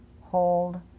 Hold